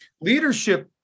Leadership